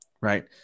right